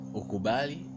ukubali